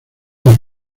las